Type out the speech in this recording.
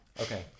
Okay